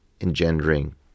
engendering